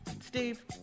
Steve